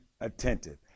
attentive